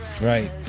right